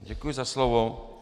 Děkuji za slovo.